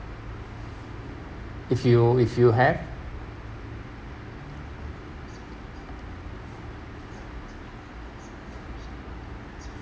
if you if you have